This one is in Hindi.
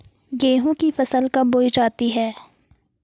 गेहूँ की फसल कब होती है?